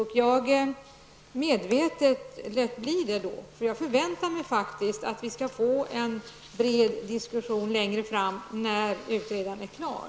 Jag har medvetet låtit bli detta, eftersom jag faktiskt förväntar mig att vi skall få en bred diskussion längre fram när utredaren är klar.